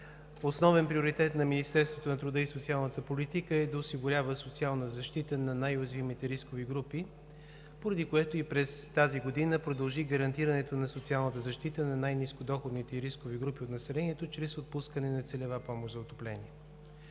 основен приоритет на Министерството на труда и социалната политика е да осигурява социална защита на най-уязвимите рискови групи, поради което и през тази година продължи гарантирането на социалната защита на най-нискодоходните и рискови групи от населението чрез отпускане на целева помощ за отопление.